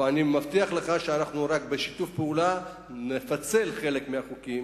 אני מבטיח לך שבשיתוף פעולה נפצל חלק מהחוקים